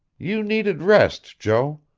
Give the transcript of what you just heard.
you needed rest, joe.